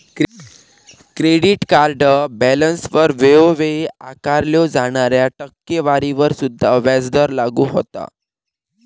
credit card बॅलन्सवर वेळोवेळी आकारल्यो जाणाऱ्या टक्केवारीवर सुद्धा व्याजदर लागू होता